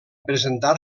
presentar